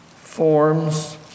forms